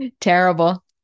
Terrible